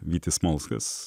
vytis smolskas